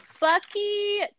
Bucky